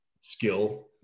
skill